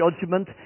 judgment